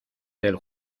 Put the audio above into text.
del